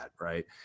Right